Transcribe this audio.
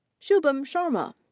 shubham sharma.